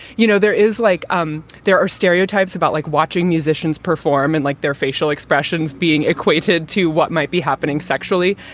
you know, there is like um there are stereotypes about like watching musicians perform and like their facial expressions being equated to what might be happening sexually.